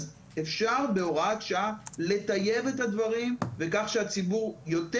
אז אפשר בהוראת שעה לטייב את הדברים וכך שהציבור יותר